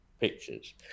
pictures